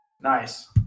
Nice